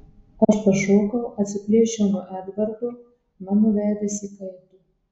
aš pašokau atsiplėšiau nuo edvardo mano veidas įkaito